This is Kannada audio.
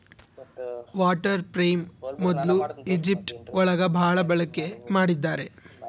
ವಾಟರ್ ಫ್ರೇಮ್ ಮೊದ್ಲು ಈಜಿಪ್ಟ್ ಒಳಗ ಭಾಳ ಬಳಕೆ ಮಾಡಿದ್ದಾರೆ